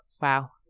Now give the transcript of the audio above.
Wow